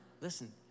Listen